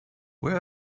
where